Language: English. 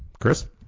Chris